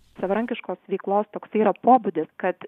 savarankiškos veiklos toks yra pobūdis kad